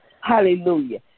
Hallelujah